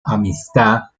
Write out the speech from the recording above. amistad